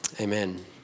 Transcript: amen